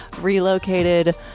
relocated